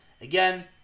Again